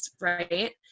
right